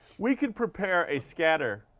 we could prepare a scatter